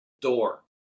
door